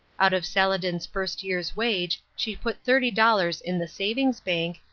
out of saladin's first year's wage she put thirty dollars in the savings-bank,